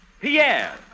Pierre